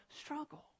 struggle